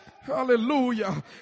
hallelujah